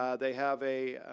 um they have a,